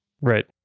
Right